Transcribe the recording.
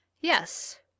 Yes